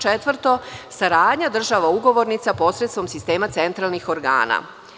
Četvrto, saradnja država ugovornica posredstvom sistema centralnih organa.